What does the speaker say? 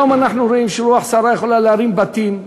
היום אנחנו רואים שרוח סערה יכולה להרים בתים,